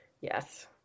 Yes